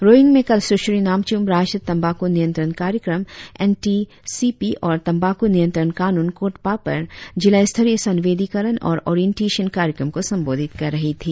रोईंग में कल सुश्री नामचुम राष्ट्रीय तंबाकू नियंत्रण कार्यक्रम एन टी सी पी और तंबाकू नियत्रंण कानून कोटपा पर जिला स्तरीय संवेदीकरण और ओरिएनटेशन कार्यक्रम को संबोधित कर रही थी